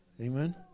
Amen